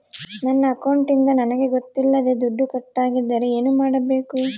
ನನ್ನ ಅಕೌಂಟಿಂದ ನನಗೆ ಗೊತ್ತಿಲ್ಲದೆ ದುಡ್ಡು ಕಟ್ಟಾಗಿದ್ದರೆ ಏನು ಮಾಡಬೇಕು?